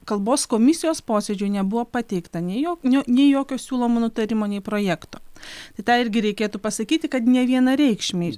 kalbos komisijos posėdžiui nebuvo pateikta nei jo nei jokio siūlomo nutarimo nei projekto tą irgi reikėtų pasakyti kad nevienareikšmiai